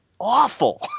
Awful